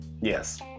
yes